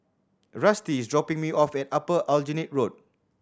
Rusty is dropping me off at Upper Aljunied Road